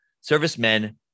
servicemen